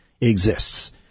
exists